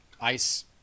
ice